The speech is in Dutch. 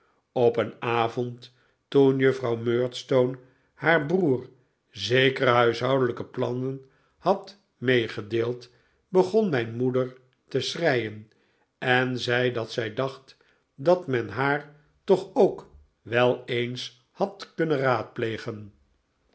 op een avond toen juffrouw murdstone haar broer zekere huishoudelijke plannen had meegedeeld begon mijn moeder te schreien en zei dat zij dacht dat men haar toch ook wel eens had kunnen raadplegen